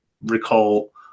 recall –